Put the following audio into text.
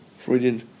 Freudian